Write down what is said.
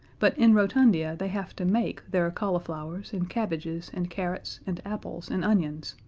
but in rotundia they have to make their cauliflowers and cabbages and carrots and apples and onions,